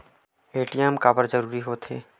ATM काबर जरूरी हो थे?